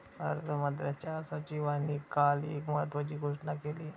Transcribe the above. अर्थमंत्र्यांच्या सचिवांनी काल एक महत्त्वाची घोषणा केली